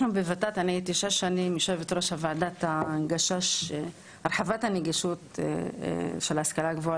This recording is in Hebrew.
אני הייתי שש שנים יושבת-ראש ועדת הרחבת הנגישות של ההשכלה הגבוהה